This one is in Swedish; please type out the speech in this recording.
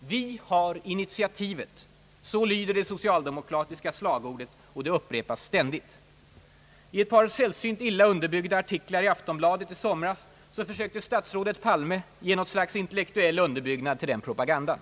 Vi har initiativet — så lyder det socialdemokratiska slagordet, och det upprepas ständigt. I ett par sällsynt illa underbyggda artiklar i Aftonbladet i somras försökte statsrådet Palme ge något slags intellektuell styrsel på den propagandan.